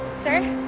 sir,